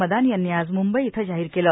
मदान यांनी आज मुंबई इथ जाहीर केले